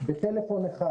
בטלפון אחד,